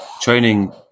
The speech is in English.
training